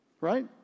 right